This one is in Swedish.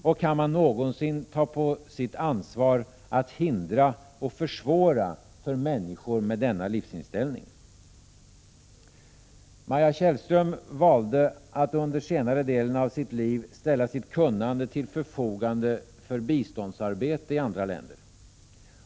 Och kan man någonsin ta på sitt ansvar att hindra eller försvåra för människor med denna livsinställning? Maja Tjällström valde att under senare delen av sitt liv ställa sitt kunnande till förfogande för biståndsarbete i andra länder.